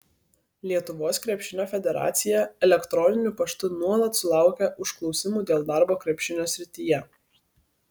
lietuvos krepšinio federacija elektroniniu paštu nuolat sulaukia užklausimų dėl darbo krepšinio srityje